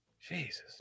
Jesus